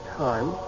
time